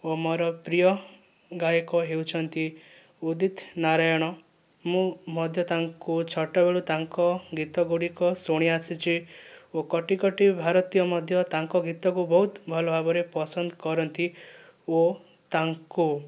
ଓ ମୋର ପ୍ରିୟ ଗାୟକ ହେଉଛନ୍ତି ଉଦିତ ନାରାୟଣ ମୁଁ ମଧ୍ୟ ତାଙ୍କୁ ଛୋଟବେଳୁ ତାଙ୍କ ଗୀତଗୁଡ଼ିକ ଶୁଣି ଆସିଛି ଓ କୋଟି କୋଟି ଭାରତୀୟ ମଧ୍ୟ ତାଙ୍କ ଗୀତକୁ ବହୁତ ଭଲଭାବରେ ପସନ୍ଦ କରନ୍ତି ଓ ତାଙ୍କୁ